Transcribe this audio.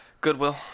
Goodwill